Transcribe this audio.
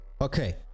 Okay